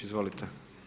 Izvolite.